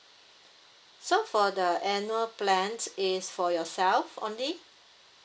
so for the annual plans is for yourself only